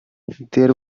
there